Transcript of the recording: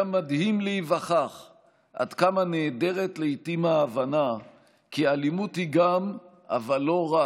היה מדהים להיווכח עד כמה נעדרת לעיתים ההבנה כי אלימות היא לא רק